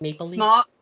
small